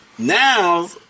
Now